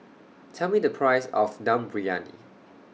Tell Me The Price of Dum Briyani